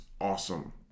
awesome